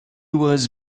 was